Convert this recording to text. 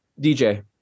DJ